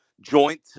joint